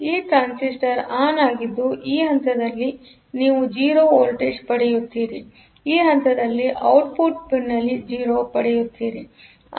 ಈ transistor on ಆಗಿದ್ದು ಈ ಹಂತದಲ್ಲಿ ನೀವು0ವೋಲ್ಟೇಜ್ ಪಡೆಯುತ್ತೀರಿ ಈ ಹಂತದಲ್ಲಿ ಔಟ್ಪುಟ್ ಪಿನ್ನಲ್ಲಿ 0 ಪಡೆಯುತ್ತೀರಿ